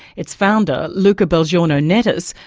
its founder, luca belgiorno-nettis,